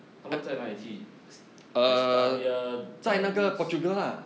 他们在哪里去 s~ estadio da luz